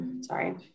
Sorry